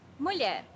Mulher